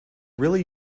really